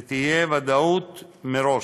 ותהיה ודאות מראש,